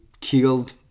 killed